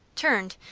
turned,